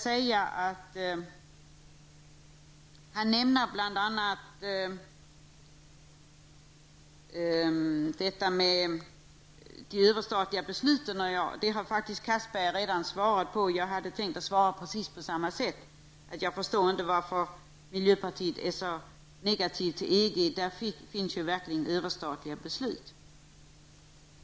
De frågor som han ställde har Anders Castberger redan besvarat. Jag hade faktiskt tänkt svara på precis samma sätt som han. Jag förstår inte varför miljöpartiet är så negativt inställt till EG. Där fattas verkligen överstatliga beslut.